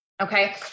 Okay